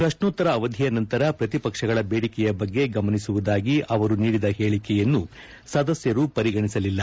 ಪ್ರಶ್ನೋತ್ತರ ಅವಧಿಯ ನಂತರ ಪ್ರತಿಪಕ್ಷಗಳ ಬೇಡಿಕೆಯ ಬಗ್ಗೆ ಗಮನಿಸುವುದಾಗಿ ಅವರು ನೀಡಿದ ಹೇಳಿಕೆಯನ್ನು ಸದಸ್ಯರು ಪರಿಗಣಿಸಲಿಲ್ಲ